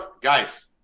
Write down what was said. Guys